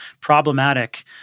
problematic